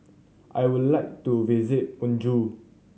I would like to visit Banjul